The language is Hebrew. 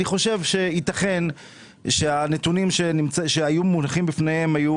אני חושב שיתכן שהנתונים שהיו מונחים בפניהם היו